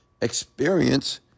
experience